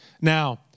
Now